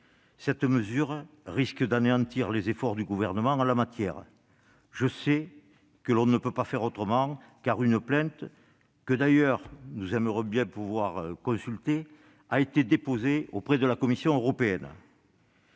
Cette mesure risque d'anéantir les efforts du Gouvernement en la matière. Je sais que l'on ne peut pas faire autrement, car une plainte, que nous aimerions, d'ailleurs, pouvoir consulter, a été déposée auprès de la Commission européenne.